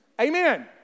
Amen